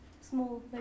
small